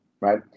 right